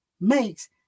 makes